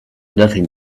nothing